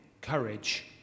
courage